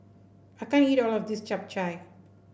I can't eat all of this Chap Chai